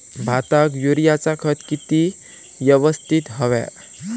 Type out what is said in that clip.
भाताक युरियाचा खत किती यवस्तित हव्या?